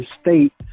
state